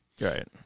right